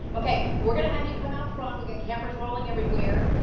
okay, we're gonna have you come out front, we got cameras rolling everywhere,